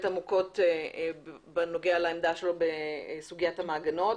עמוקות בנוגע לעמדה שלו בסוגיית המעגנות.